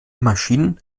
maschinen